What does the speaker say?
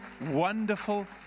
wonderful